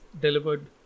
delivered